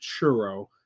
churro